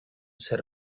ser